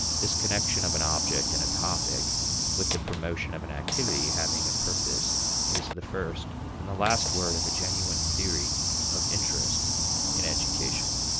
this connection of an object and a topic with the promotion of an activity having a purpose is the first and the last word of a genuine theory of interest in education.